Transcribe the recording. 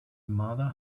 mother